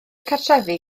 cartrefi